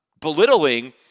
belittling